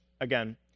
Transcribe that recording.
again